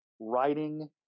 writing